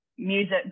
music